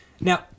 Now